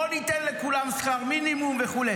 בוא ניתן לכולם שכר מינימום וכו'.